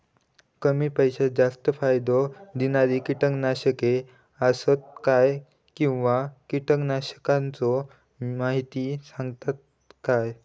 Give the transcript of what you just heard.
कमी पैशात जास्त फायदो दिणारी किटकनाशके आसत काय किंवा कीटकनाशकाचो माहिती सांगतात काय?